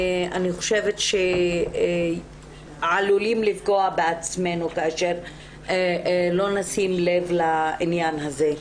אני חושבת שאנחנו עלולים לפגוע בעצמנו אם לא נשים לב לעניין הזה.